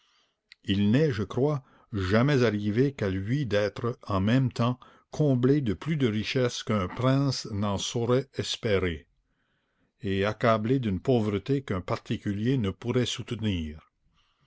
il n'est je crois jamais arrivé qu'à lui d'être en même temps comblé de plus de richesses qu'un prince n'en sauroit espérer et accablé d'une pauvreté qu'un particulier ne pourroit soutenir